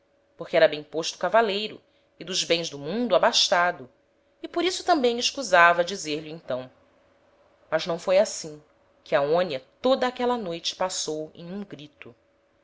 porque era bem posto cavaleiro e dos bens do mundo abastado e por isso tambem escusava dizer lho então mas não foi assim que aonia toda aquela noite passou em um grito